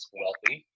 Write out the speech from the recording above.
wealthy